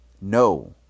No